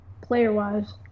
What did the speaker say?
player-wise